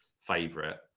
favorite